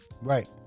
Right